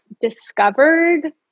discovered